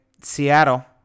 Seattle